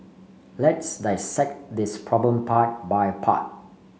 let's dissect this problem part by part